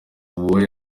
uwoya